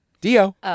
D-O